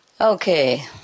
Okay